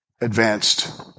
advanced